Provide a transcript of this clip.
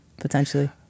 potentially